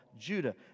Judah